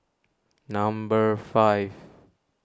number five